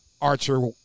Archer